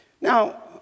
Now